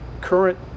current